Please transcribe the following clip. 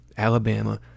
Alabama